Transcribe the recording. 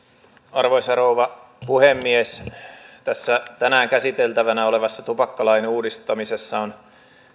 arvoisa rouva puhemies tässä tänään käsiteltävänä olevassa tupakkalain uudistamisessa on